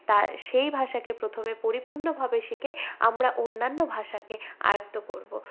তার সেই ভাষাকে প্রথমে পরিপূর্ণভাবে শিখেই আমরা অন্যান্য ভাষাকে আয়ত্ত করবো